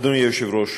אדוני היושב-ראש,